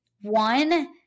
one